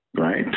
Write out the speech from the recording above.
right